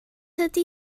ydy